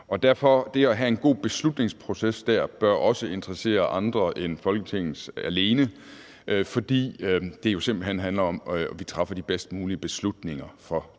Derfor bør det at have en god beslutningsproces dér også interessere andre end Folketinget alene, fordi det jo simpelt hen handler om, at udvalget træffer de bedst mulige beslutninger for Danmark.